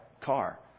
car